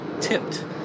tipped